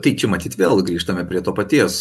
tai čia matyt vėl grįžtame prie to paties